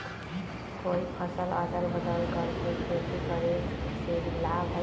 कोई फसल अदल बदल कर के खेती करे से लाभ है का?